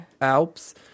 Alps